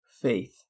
Faith